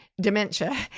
dementia